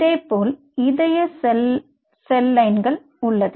இதேபோல் இதய செல் லைன்கள் உள்ளது